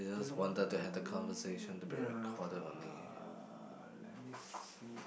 do no~ ya uh let me see